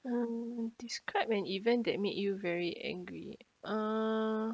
um describe an event that made you very angry uh